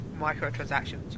microtransactions